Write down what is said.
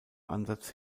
ansatz